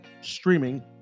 streaming